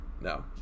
No